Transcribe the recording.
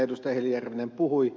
heli järvinen puhui